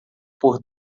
por